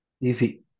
Easy